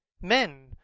Men